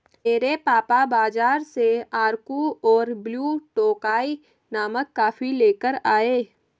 मेरे पापा बाजार से अराकु और ब्लू टोकाई नामक कॉफी लेकर आए